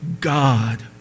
God